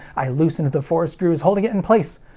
i loosened the four screws holding it in place.